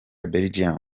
belgium